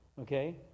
Okay